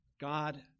God